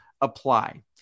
apply